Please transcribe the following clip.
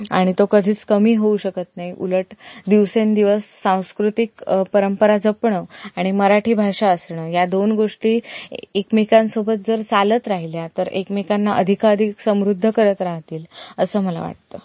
आणि तो कधीच कमी होऊ शकत नाही उलट दिवसेंदिवस सांस्कृतिक परंपरा जपणं आणि मराठी भाषा असणं या दोन गोष्टी ए एकमेकांसोबत जर चालत राहिल्या तर एकमेकांना अधिकाधिक समृद्ध करत राहतील असं मला वाटतं